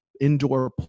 indoor